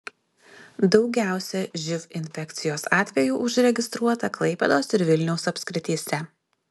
daugiausiai živ infekcijos atvejų užregistruota klaipėdos ir vilniaus apskrityse